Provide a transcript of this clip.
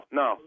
no